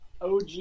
OG